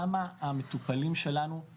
שבאמת מבחינתי מטרת הרפורמה הזאת בבריאות